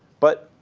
but